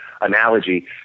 analogy